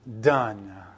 done